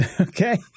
Okay